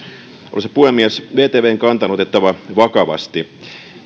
arvoisa puhemies vtvn kanta on otettava vakavasti